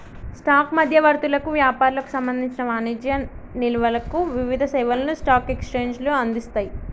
stock మధ్యవర్తులకు, వ్యాపారులకు సంబంధించిన వాణిజ్య నిల్వలకు వివిధ సేవలను స్టాక్ ఎక్స్చేంజ్లు అందిస్తయ్